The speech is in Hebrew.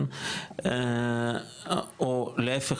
או להיפך,